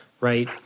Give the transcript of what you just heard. Right